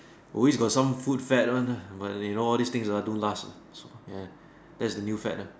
always got some food fad one lah but you know all those things are don't last so so ya that a new fad ah